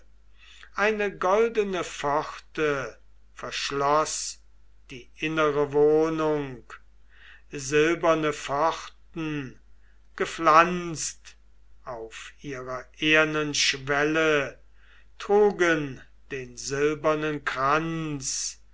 eine goldene pforte verschloß die innere wohnung silberne pfosten gepflanzt auf ihrer ehernen schwelle trugen den silbernen kranz